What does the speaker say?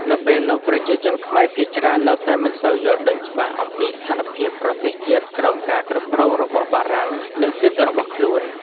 នៅពេលនោះ ប្រជាជនខ្មែរភាគច្រើននៅតែមិនសូវយល់ដឹងច្បាស់អំពីស្ថានភាពប្រទេសជាតិក្រោមការគ្រប់គ្រងរបស់បារាំង និងសិទ្ធិរបស់ខ្លួន។